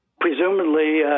presumably